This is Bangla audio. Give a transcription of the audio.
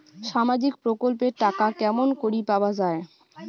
সামাজিক প্রকল্পের টাকা কেমন করি পাওয়া যায়?